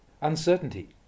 Uncertainty